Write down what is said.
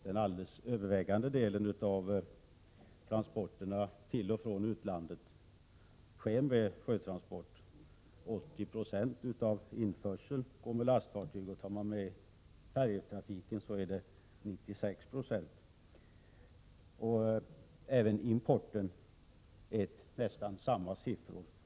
Den alldeles övervägande delen av transporterna till och från utlandet sker faktiskt med fartyg. 80 Zo av införseln går med lastfartyg, och tar man med färjetrafiken blir det 96 96.